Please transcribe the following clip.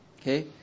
okay